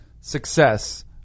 success